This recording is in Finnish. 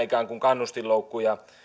ikään kuin vähemmän kannustinloukkuja